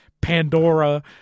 Pandora